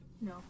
No